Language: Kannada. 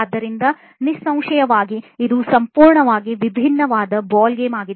ಆದ್ದರಿಂದ ನಿಸ್ಸಂಶಯವಾಗಿ ಅದು ಸಂಪೂರ್ಣವಾಗಿ ವಿಭಿನ್ನವಾದ ಬಾಲ್ಗೇಮ್ ಆಗಿದೆ